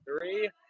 three